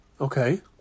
Okay